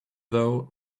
though